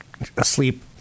asleep